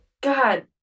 God